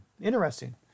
Interesting